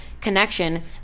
connection